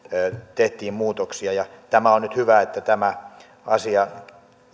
tehtiin muutoksia tämä on nyt hyvä että tämä asia